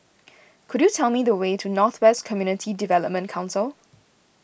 could you tell me the way to North West Community Development Council